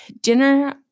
Dinner